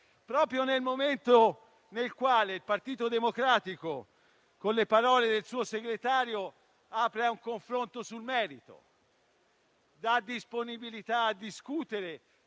proprio nel momento in cui il Partito Democratico, con le parole del suo segretario, apre a un confronto sul merito, dando la disponibilità a discutere